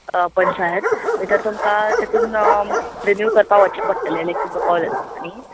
पंचायत थंयसर तुमकां तेतूंत रिन्यू करपाक वचचें पडटलें लायक तुमकां कॉल येतलो आनी